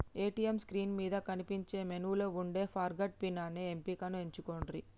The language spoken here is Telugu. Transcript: ఏ.టీ.యం స్క్రీన్ మీద కనిపించే మెనూలో వుండే ఫర్గాట్ పిన్ అనే ఎంపికను ఎంచుకొండ్రి